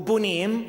בנאים,